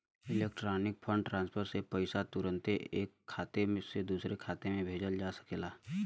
electronic fund transfer से पईसा तुरन्ते ऐक खाते से दुसरे खाते में भेजल जा सकेला